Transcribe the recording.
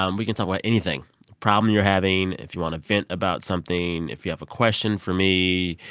um we can talk about anything problem you're having, if you want to vent about something if you have a question for me,